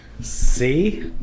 See